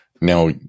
Now